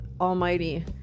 almighty